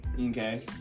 okay